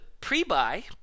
pre-buy